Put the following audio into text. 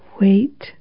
wait